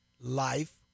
life